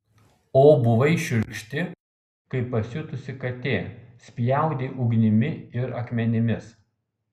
o buvai šiurkšti kaip pasiutusi katė spjaudei ugnimi ir akmenimis